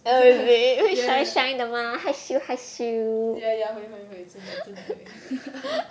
ya ya ya 会会会真的真的会